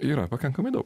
yra pakankamai daug